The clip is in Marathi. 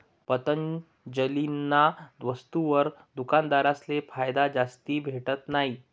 पतंजलीना वस्तुसवर दुकानदारसले फायदा जास्ती भेटत नयी